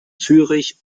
zürich